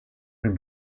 and